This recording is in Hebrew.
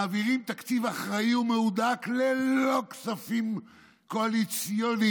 מעבירים תקציב אחראי ומהודק ללא כספים קואליציוניים,